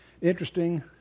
interesting